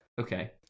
okay